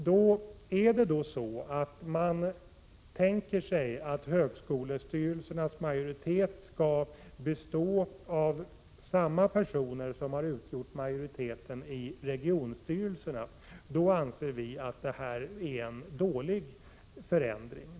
Tänker man sig att högskolestyrelsernas majoritet skall bestå av samma typ av personer som har utgjort majoriteten i regionstyrelserna, då anser vi att förändringen är dålig.